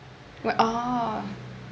what oh